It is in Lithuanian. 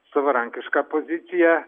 savarankišką poziciją